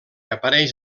apareix